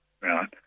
right